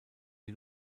die